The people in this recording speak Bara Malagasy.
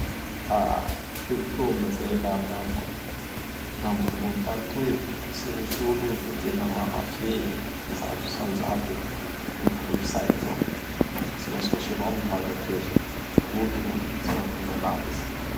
Tsy mitombina izay laha agnamiko. Laha mbô ambony tany toy, tsy misy olo da tena mahafehy zato isan-jato gny kolotsay izao. Tsy maintsy misy avao gny banga kely. olo-o tsy raha tonga lafatsy.